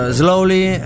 slowly